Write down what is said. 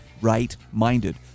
right-minded